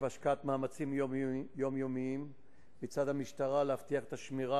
עקב השקעת מאמצים יומיומיים מצד המשטרה להבטיח את השמירה